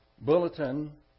bulletin